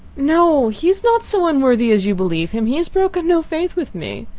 no, he is not so unworthy as you believe him. he has broken no faith with me.